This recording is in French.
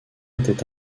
était